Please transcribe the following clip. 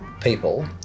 people